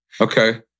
Okay